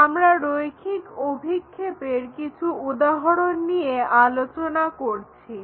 আমরা রৈখিক অভিক্ষেপের কিছু উদাহরণ নিয়ে আলোচনা করছি